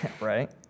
Right